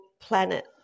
planet